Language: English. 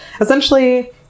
essentially